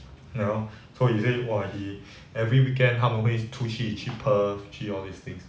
ya lor so he say !wah! he every weekend 他们会出去去喝去 all these things